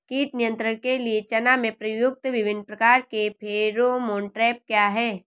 कीट नियंत्रण के लिए चना में प्रयुक्त विभिन्न प्रकार के फेरोमोन ट्रैप क्या है?